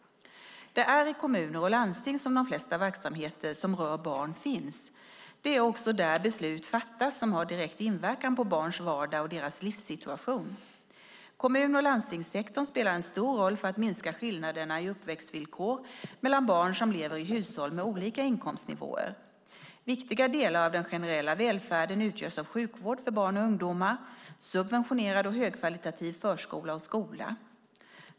Det är i kommuner och landsting som de flesta verksamheter som rör barn finns. Det är också där beslut fattas som har direkt inverkan på barns vardag och deras livssituation. Kommun och landstingssektorn spelar en stor roll för att minska skillnaderna i uppväxtvillkor mellan barn som lever i hushåll med olika inkomstnivåer. Viktiga delar av den generella välfärden utgörs av sjukvård för barn och ungdomar och av subventionerad och högkvalitativ förskola och skola.